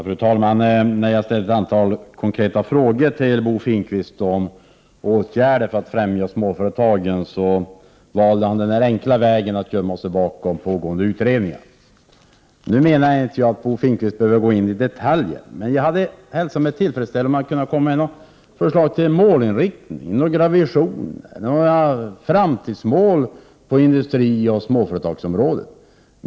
Fru talman! Jag ställde ett antal konkreta frågor till Bo Finnkvist om åtgärder för att främja småföretagen. När han skulle besvara dem valde han den enkla vägen, nämligen att gömma sig bakom pågående utredningar. Jag menar inte att Bo Finnkvist behöver gå in på detaljer, men jag hade hälsat med tillfredsställelse om Bo Finnkvist hade kommit med någon målinriktning eller några visioner när det gäller framtiden på industrioch småföretagsområdet.